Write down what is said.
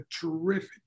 terrific